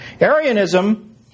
Arianism